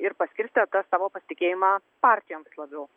ir paskirstė tą savo pasitikėjimą partijoms labiau